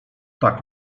tak